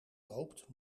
loopt